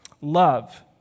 love